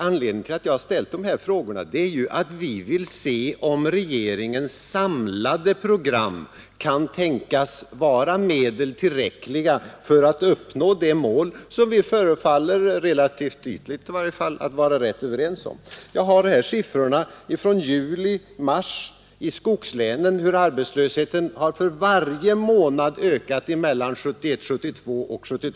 Anledningen till att jag har framställt frågorna är att vi vill se, om regeringens samlade program kan tänkas vara medel som är tillräckliga för att uppnå det mål som vi förefaller — relativt ytligt sett, i varje fall — att vara rätt överens om. Jag har här siffror från AMS för tiden juli till mars i skogslänen, som visar hur arbetslösheten där för varje månad har ökat mellan åren 1971 73.